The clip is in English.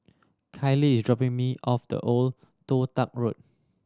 Kalie is dropping me off the Old Toh Tuck Road